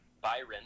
Byron